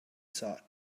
thought